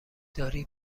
داری